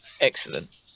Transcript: excellent